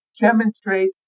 demonstrate